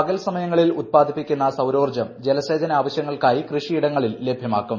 പകൽ സമയങ്ങളിൽ ഉത്പാദിപ്പിക്കുന്ന സൌരോർജം ജലസേചന ആവശൃങ്ങൾക്കായി കൃഷിയിടങ്ങളിൽ ലഭ്യമാക്കും